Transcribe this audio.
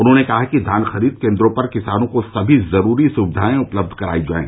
उन्होंने कहा कि धान खरीद केन्द्रों पर किसानों को सभी जरूरी सुविधाए उपलब्ध कराई जाये